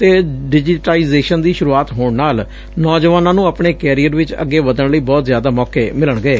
ਅਤੇ ਡਿਜੀਟਾਈਜ਼ੇਸ਼ਨ ਦੀ ਸੁਰੂਆਤ ਹੋਣ ਨਾਲ ਨੌਜੁਆਨਾਂ ਨੂੰ ਆਪਣੇ ਕੈਰੀਅਰ ਵਿਚ ਅੱਗੇ ਵਧਣ ਲਈ ਬਹੁਤ ਜ਼ਿਆਦਾ ਮੌਕੇ ਮਿਲਣਗੇ